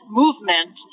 movement